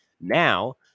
now